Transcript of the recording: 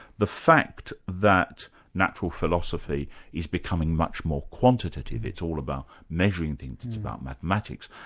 the fact that natural philosophy is becoming much more quantitative, it's all about measuring things, it's about mathematics,